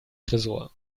tresor